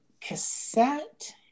cassette